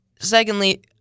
Secondly